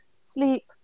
sleep